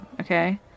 okay